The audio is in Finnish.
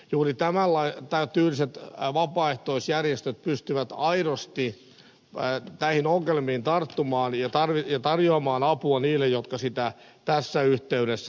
juuri tämän tyyliset vapaaehtoisjärjestöt pystyvät aidosti näihin ongelmiin tarttumaan ja tarjoamaan apua niille jotka sitä tässä yhteydessä tarvitsevat